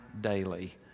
daily